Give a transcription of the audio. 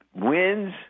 wins